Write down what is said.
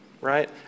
right